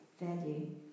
value